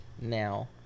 now